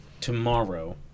tomorrow